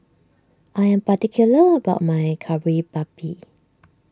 I am particular about my Kari Babi